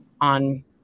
on